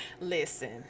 Listen